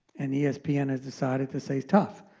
and yeah espn has decided to say, tough.